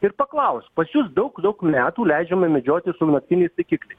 ir paklausk pas jus daug daug metų leidžiama medžioti su naktiniais taikikliais